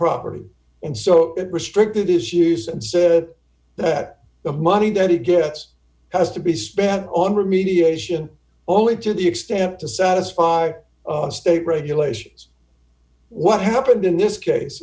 property and so restrictive is used and so that the money that it gets has to be spent on remediation only to the extent to satisfy state regulations what happened in this case